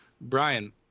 Brian